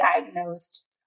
diagnosed